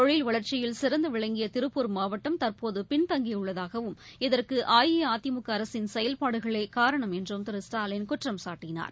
தொழில் வளர்ச்சியில் சிறந்து விளங்கிய திருப்பூர் மாவட்டம் தற்போது பின்தங்கியுள்ளதாகவும் இதற்கு அஇஅதிமுக அரசின் செயல்பாடுகளே காரணம் என்றும் திரு ஸ்டாலின் குற்றம் சாட்டினார்